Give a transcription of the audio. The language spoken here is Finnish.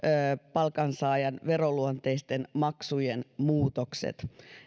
palkansaajan veroluonteisten maksujen muutokset